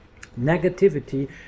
Negativity